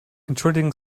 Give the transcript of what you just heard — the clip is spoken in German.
entschuldigen